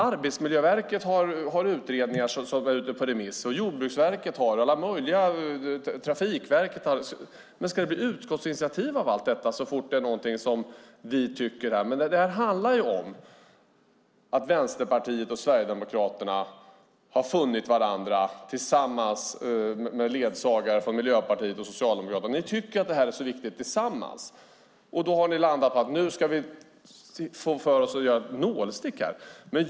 Arbetsmiljöverket, Jordbruksverket, Trafikverket och alla möjliga myndigheter har utredningar som är ute på remiss. Men ska det bli utskottsinitiativ av allt detta så fort vi tycker något? Det här handlar om att Vänsterpartiet och Sverigedemokraterna har funnit varandra med ledsagare från Miljöpartiet och Socialdemokraterna. Ni tillsammans tycker att det här är så viktigt och har då landat på att ni ska ge ett nålstick här.